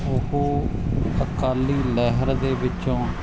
ਉਹ ਅਕਾਲੀ ਲਹਿਰ ਦੇ ਵਿੱਚੋਂ